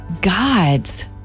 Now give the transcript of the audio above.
god's